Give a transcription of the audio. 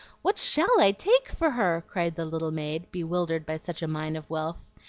what shall i take for her? cried the little maid, bewildered by such a mine of wealth.